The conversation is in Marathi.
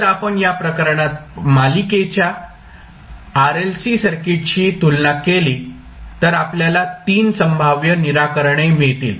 जर आपण या प्रकरणात मालिकेच्या RLC सर्किटशी तुलना केली तर आपल्याला तीन संभाव्य निराकरणे मिळतील